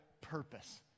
purpose